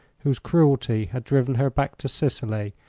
whose cruelty had driven her back to sicily,